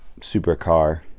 supercar